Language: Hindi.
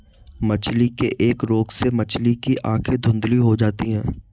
मछली के एक रोग से मछली की आंखें धुंधली हो जाती है